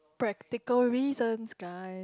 practical reasons guy